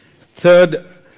third